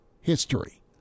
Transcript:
history